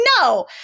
no